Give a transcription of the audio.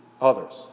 others